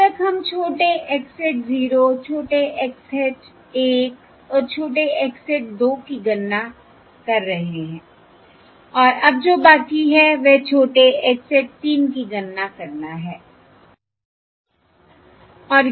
अब तक हम छोटे x hat 0 छोटे x hat 1 और छोटे x hat 2 की गणना कर रहे हैंऔर अब जो बाकी है वह छोटे x hat 3 की गणना करना है